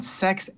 sex